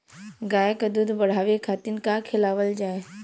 गाय क दूध बढ़ावे खातिन का खेलावल जाय?